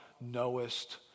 knowest